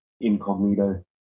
incognito